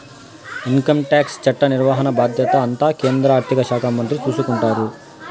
income tax చట్ట నిర్వహణ బాధ్యత అంతా కేంద్ర ఆర్థిక శాఖ మంత్రి చూసుకుంటారు